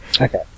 Okay